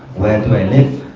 where do i live?